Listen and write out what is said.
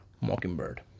Mockingbird